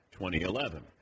2011